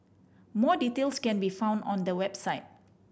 more details can be found on the website